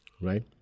right